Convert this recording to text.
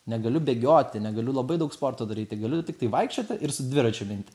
negaliu bėgioti negaliu labai daug sporto daryti galiu tiktai vaikščioti ir su dviračiu minti